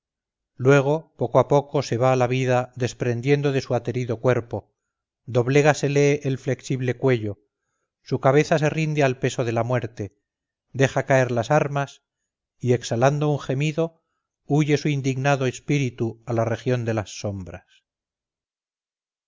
luego poco a poco se va la vida desprendiendo de su aterido cuerpo doblégasele el flexible cuello su cabeza se rinde al peso de la muerte deja caer las armas y exhalando un gemido huye su indignado espíritu a la región de las sombras